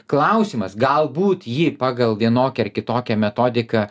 klausimas galbūt ji pagal vienokią ar kitokią metodiką